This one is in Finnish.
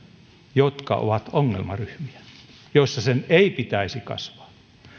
jotka ovat ongelmaryhmiä joissa sen ei pitäisi kasvaa